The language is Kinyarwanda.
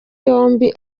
yombi